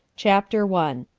chapter one.